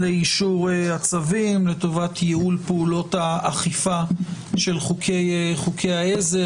לאישור הצווים לטובת ייעול פעולות האכיפה של חוקי העזר.